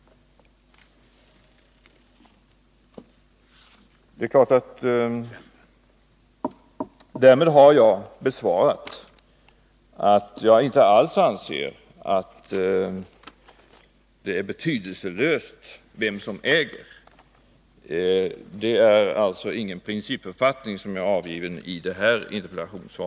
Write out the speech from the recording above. Därmed har jag inte alls sagt att jag anser att det är betydelselöst allmänt sett vem som är ägare. Det är alltså ingen principuppfattning i den frågan som